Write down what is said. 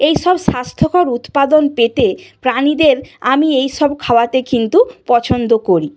এই সব স্বাস্থ্যকর উৎপাদন পেতে প্রাণীদের আমি এই সব খাওয়াতে কিন্তু পছন্দ করি